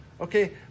Okay